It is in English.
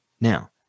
Now